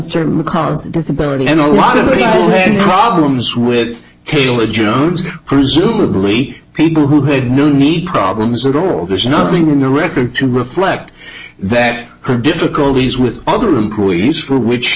disability and a lot of problems with kayla jones presumably people who had no need problems at all there's nothing in the record to reflect that her difficulties with other employees for which